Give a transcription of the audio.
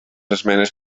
esmenes